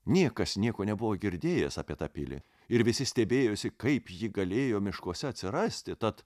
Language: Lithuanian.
niekas nieko nebuvo girdėjęs apie tą pilį ir visi stebėjosi kaip ji galėjo miškuose atsirasti tad